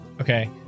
Okay